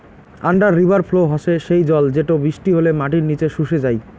under river flow হসে সেই জল যেটো বৃষ্টি হলে মাটির নিচে শুষে যাই